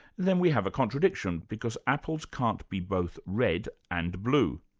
then we have a contradiction, because apples can't be both red and blue.